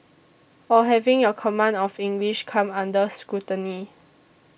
or having your command of English come under scrutiny